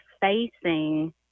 facing